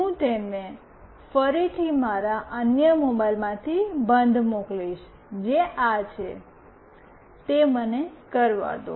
હું તેને ફરીથી મારા અન્ય મોબાઇલથી બંધ મોકલીશ જે આ છે તે મને તે કરવા દો